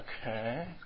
Okay